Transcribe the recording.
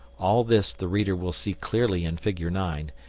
all this the reader will see clearly in figure nine,